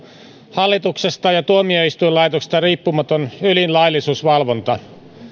hallituksesta ja tuomioistuinlaitoksesta riippumaton ylin laillisuusvalvonta